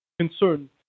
concern